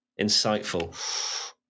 Insightful